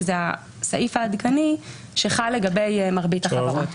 שזה הסעיף העדכני שחל לגבי מרבית החברות.